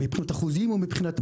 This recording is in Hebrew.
מבחינת אחוזים או מבחינת מחיר?